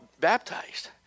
baptized